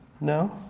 No